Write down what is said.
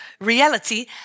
reality